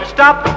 Stop